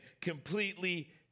completely